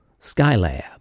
Skylab